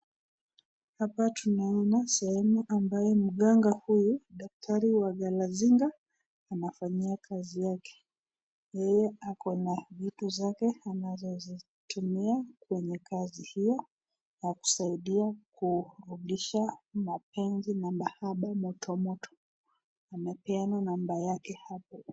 Hapa tunaona sehemu ambayo daktari huyu mganga Galazinga, anafanyia kazi yake. Yeye ako na vitu zake ambazo anazitumia kwenye kazi hiyo na nansaidia kurudisha mapenzi na mahaba moto mtoto. Amepeana namba yake hapo.